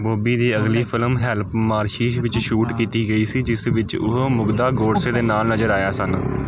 ਬੌਬੀ ਦੀ ਅਗਲੀ film help Mauritius ਵਿੱਚ ਸ਼ੂਟ ਕੀਤੀ ਗਈ ਸੀ ਜਿਸ ਵਿੱਚ ਉਹ ਮੁਗਧਾ ਗੋਡਸੇ ਦੇ ਨਾਲ ਨਜ਼ਰ ਆਇਆ ਸਨ